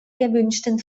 gewünschten